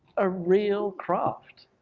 a real craft,